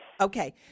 Okay